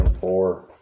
four